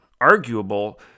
arguable